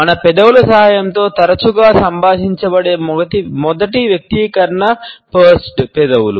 మన పెదవుల సహాయంతో తరచుగా సంభాషించబడే మొదటి వ్యక్తీకరణ పర్స్డ్ పెదవులు